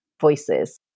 voices